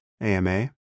AMA